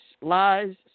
lies